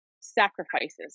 sacrifices